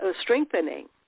strengthening